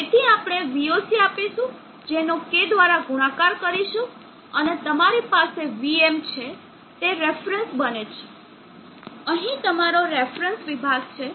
તેથી આપણે voc આપીશું જેનો K દ્વારા ગુણાકાર કરીશું અને તમારી પાસે vm છે તે રેફરન્સ બને છે અહીં તમારો રેફરન્સ વિભાગ છે